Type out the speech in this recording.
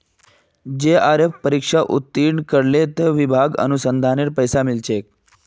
JRF परीक्षा उत्तीर्ण करले त विभाक अनुसंधानेर पैसा मिल छेक